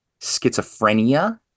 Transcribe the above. schizophrenia